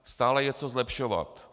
Stále je co zlepšovat.